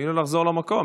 לחזור למקום.